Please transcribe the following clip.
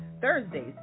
Thursdays